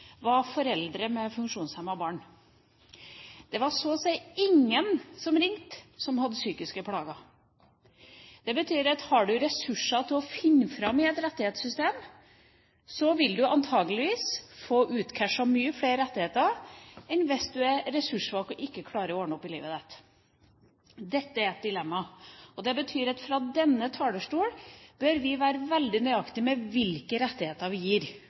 ringte, som hadde psykiske plager. Det betyr at har du ressurser til å finne fram i et rettighetssystem, så vil du antakeligvis få cashet ut mange flere rettigheter enn hvis du er ressurssvak og ikke klarer å ordne opp i livet ditt. Dette er et dilemma. Det betyr at fra denne talerstolen bør vi være veldig nøyaktige med hvilke rettigheter vi gir,